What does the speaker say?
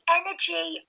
energy